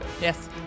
Yes